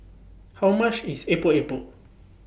How much IS Epok Epok